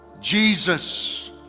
Jesus